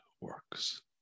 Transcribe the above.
works